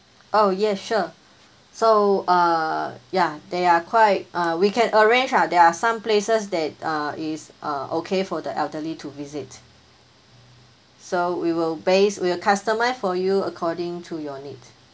oh ya sure so uh ya they are quite uh we can arrange ah there are some places that uh is uh okay for the elderly to visit so we will base we will customise for you according to your need